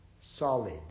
solid